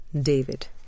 David